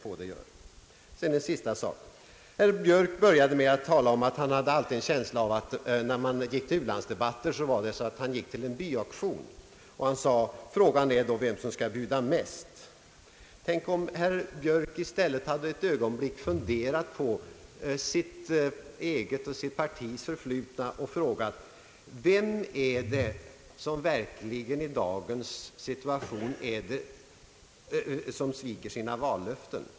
Herr Björk började med att tala om att han hade en känsla av att man gick till en u-landsdebatt som till en byauktion. Han sade att frågan är vem som skall bjuda mest. Tänk om herr Björk i stället hade funderat ett ögonblick på sitt eget och sitt partis förflutna och frågat: Vem är det som verkligen i dagens situation sviker sina vallöften?